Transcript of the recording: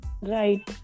Right